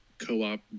co-op